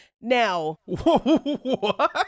Now